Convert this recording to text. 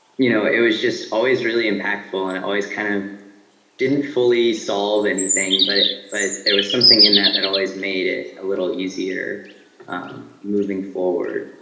you know, it was just always really impactful, and always kind of didn't fully solve anything, but but there was something in that that always made it a little easier moving forward.